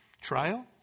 trial